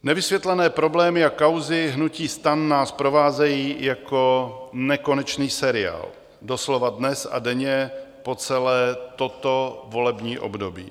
Nevysvětlené problémy a kauzy hnutí STAN nás provázejí jako nekonečný seriál doslova dnes a denně po celé toto volební období.